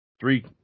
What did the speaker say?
three –